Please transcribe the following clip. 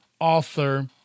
author